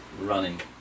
running